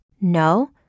No